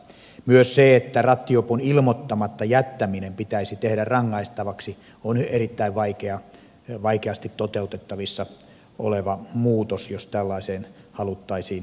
myös se että rattijuopon ilmoittamatta jättäminen pitäisi tehdä rangaistavaksi on erittäin vaikeasti toteutettavissa oleva muutos jos tällaiseen haluttaisiin mennä